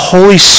Holy